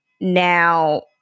Now